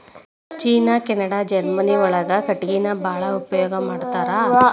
ಚೇನಾ Canada Germany ಒಳಗ ಕಟಗಿನ ಬಾಳ ಉಪಯೋಗಾ ಮಾಡತಾರ